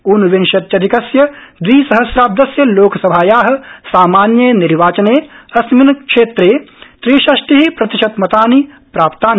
ऊनविंशत्यधिकस्य दविसहस्राब्दस्य लोकसभाया सामान्ये निर्वाचने अस्मिन् क्षेत्रे त्रिषष्टि प्रतिशत्मतानि प्राप्तानि